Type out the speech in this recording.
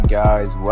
guys